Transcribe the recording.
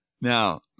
Now